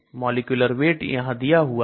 molecular weight यहां दिया हुआ है